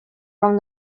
from